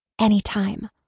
Anytime